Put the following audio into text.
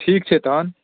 ठीक छै तखन